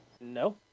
No